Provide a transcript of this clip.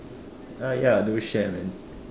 ah ya do share man